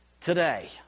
today